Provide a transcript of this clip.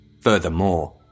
Furthermore